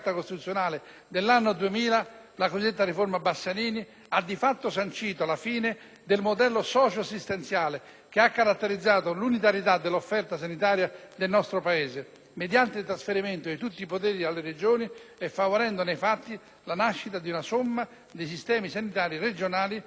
la cosiddetta riforma Bassanini, ha di fatto sancito la fine del modello socio-assistenziale che ha caratterizzato l'unitarietà dell'offerta sanitaria del nostro Paese, mediante il trasferimento di tutti i poteri alle Regioni e favorendo, nei fatti, la nascita di una somma di sistemi sanitari regionali con un alto grado di diseguaglianza.